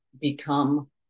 become